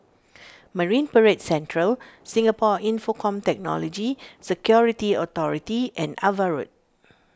Marine Parade Central Singapore Infocomm Technology Security Authority and Ava Road